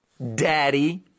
Daddy